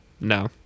No